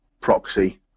proxy